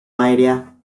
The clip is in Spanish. aria